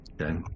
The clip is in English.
Okay